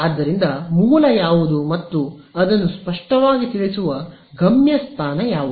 ಆದ್ದರಿಂದ ಮೂಲ ಯಾವುದು ಮತ್ತು ಅದನ್ನು ಸ್ಪಷ್ಟವಾಗಿ ತಿಳಿಸುವ ಗಮ್ಯಸ್ಥಾನ ಯಾವುದು